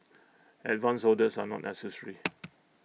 advance orders are not necessary